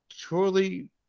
truly